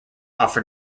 offer